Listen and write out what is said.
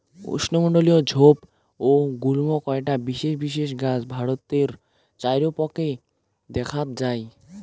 উষ্ণমণ্ডলীয় ঝোপ ও গুল্ম কয়টা বিশেষ বিশেষ গছ ভারতর চাইরোপাকে দ্যাখ্যাত যাই